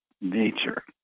nature